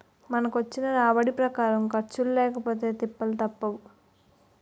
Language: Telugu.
మనకొచ్చిన రాబడి ప్రకారం ఖర్చులు లేకపొతే తిప్పలు తప్పవు